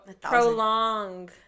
prolong